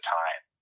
time